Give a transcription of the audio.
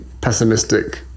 pessimistic